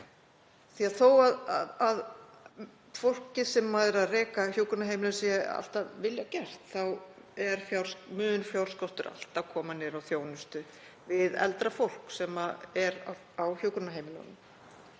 vanda. Þó að fólkið sem rekur hjúkrunarheimilin sé allt af vilja gert þá mun fjárskortur alltaf koma niður á þjónustu við eldra fólk sem er á hjúkrunarheimilunum